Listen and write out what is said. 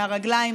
מהרגליים,